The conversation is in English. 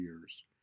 years